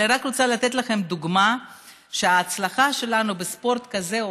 אבל אני רק רוצה לתת לכם דוגמה שההצלחה שלנו בספורט כזה או